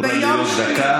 היא אמורה להיות דקה,